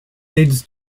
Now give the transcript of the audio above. leads